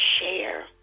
share